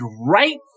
right